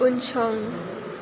ओनसोल